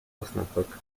osnabrück